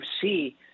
see